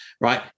right